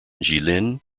jilin